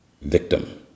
victim